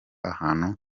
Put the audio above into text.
ahantu